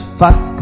fast